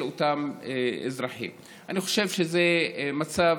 אני חושב שזה מצב